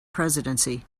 presidency